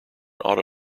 auto